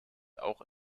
auch